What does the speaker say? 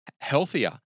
healthier